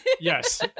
Yes